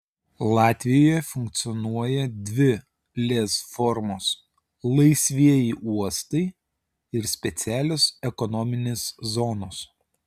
latvijoje funkcionuoja dvi lez formos laisvieji uostai ir specialios ekonominės zonos